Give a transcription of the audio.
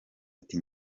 ati